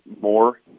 more